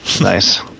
Nice